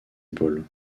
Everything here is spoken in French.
épaules